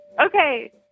Okay